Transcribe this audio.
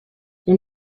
اون